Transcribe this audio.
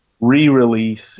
re-release